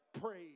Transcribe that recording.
praise